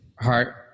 heart